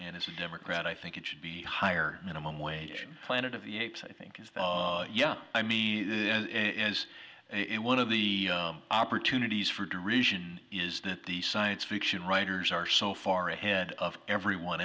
and as a democrat i think it should be higher minimum wage and planet of the apes i think is yeah i mean it is it one of the opportunities for derision is that the science fiction writers are so far ahead of everyone